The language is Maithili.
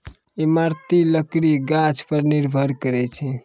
इमारती लकड़ी गाछ पर निर्भर करै छै